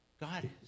God